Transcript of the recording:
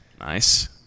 Nice